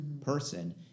person